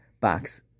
box